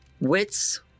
Wits